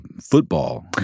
football